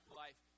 life